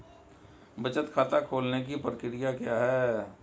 बचत खाता खोलने की प्रक्रिया क्या है?